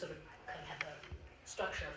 sort of structure